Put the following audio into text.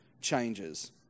changes